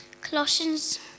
Colossians